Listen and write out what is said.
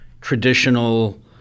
traditional